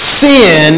sin